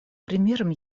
примером